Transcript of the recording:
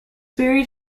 buried